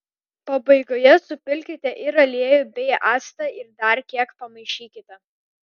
pabaigoje supilkite ir aliejų bei actą ir dar kiek pamaišykite